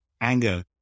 anger